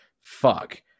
Fuck